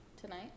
tonight